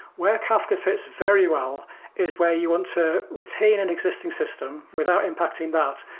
where kafka fits very well is where you want to retain an existing system without impacting that,